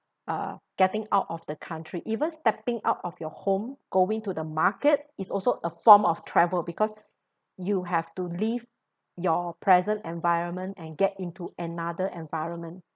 uh getting out of the country even stepping out of your home going to the market it's also a form of travel because you have to leave your present environment and get into another environment